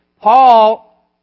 Paul